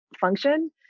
function